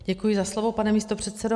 Děkuji za slovo, pane místopředsedo.